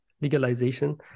legalization